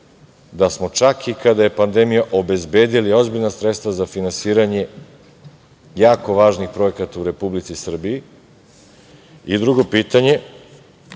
da smo čak i kada je pandemija obezbedili ozbiljna sredstva za finansiranje jako važnih projekata u Republici Srbiji? Drugo pitanje,